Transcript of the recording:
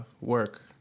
work